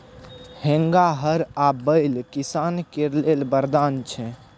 हेंगा, हर आ बैल किसान केर लेल बरदान छै